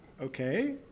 Okay